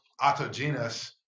autogenous